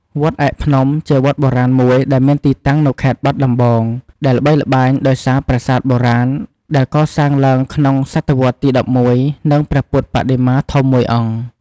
វត្តឯកភ្នំ ជាវត្តបុរាណមួយដែលមានទីតាំងនៅខេត្តបាត់ដំបង ដែលល្បីល្បាញដោយសារប្រាសាទបុរាណដែលកសាងឡើងក្នុងសតវត្សរ៍ទី១១ និងព្រះពុទ្ធបដិមាធំមួយអង្គ។